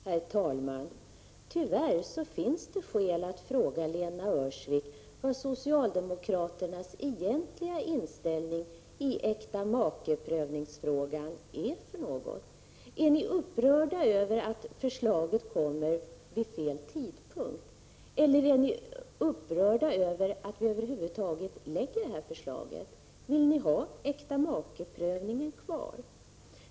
Herr talman! Tyvärr finns det skäl att fråga Lena Öhrsvik vad socialdemokraternas egentliga inställning i äktamakeprövningsfrågan är. Är ni upprörda över att förslaget kommer vid fel tidpunkt, eller är ni upprörda över att vi över huvud taget lägger fram det här förslaget? Vill ni ha äktamakeprövningen kvar?